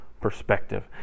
perspective